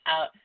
out –